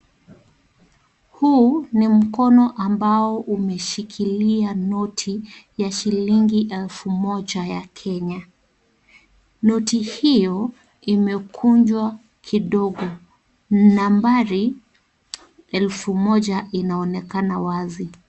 Huu ni mkono ambao umeshikilia noti, ya shilingi elfu moja ya kenya. Noti hiyo imekunjwa kidogo. Nambari 1000 inaonekana wazi.